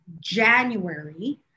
January